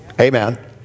Amen